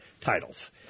titles